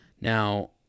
Now